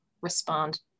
respond